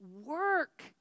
work